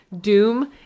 Doom